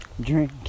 drink